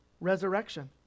resurrection